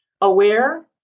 aware